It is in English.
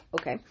Okay